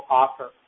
offer